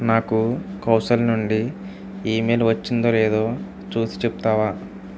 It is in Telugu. నాకు కౌశల్ నుండి ఈమెయిల్ వచ్చిందో లేదో చూసి చెప్తావా